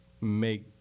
make